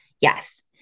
Yes